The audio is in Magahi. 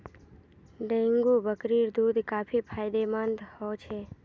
डेंगू बकरीर दूध काफी फायदेमंद ह छ